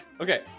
Okay